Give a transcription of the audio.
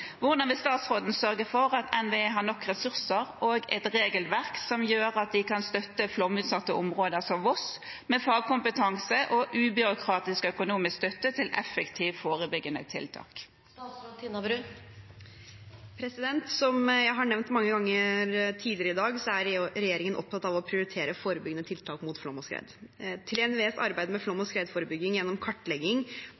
Hvordan vil statsråden sørge for at NVE har nok ressurser og et regelverk som gjør at de kan støtte flomutsatte områder som Voss med fagkompetanse og ubyråkratisk økonomisk støtte til effektive forebyggende tiltak?» Som jeg har nevnt mange ganger tidligere i dag, er regjeringen opptatt av å prioritere forebyggende tiltak mot flom og skred. Til NVEs arbeid med flom-